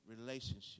relationship